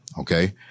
Okay